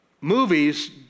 Movies